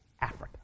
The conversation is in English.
Africa